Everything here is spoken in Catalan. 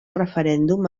referèndum